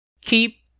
Keep